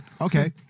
Okay